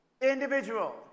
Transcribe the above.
individual